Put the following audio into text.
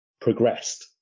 progressed